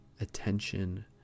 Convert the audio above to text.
attention